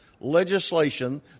legislation